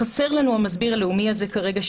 חסר לנו המסביר הלאומי הזה כרגע,